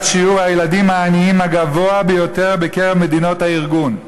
שיעור הילדים העניים הגבוה ביותר בקרב מדינות הארגון.